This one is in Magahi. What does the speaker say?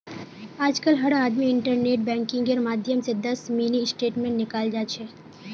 आजकल हर आदमी इन्टरनेट बैंकिंगेर माध्यम स दस मिनी स्टेटमेंट निकाल जा छ